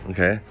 Okay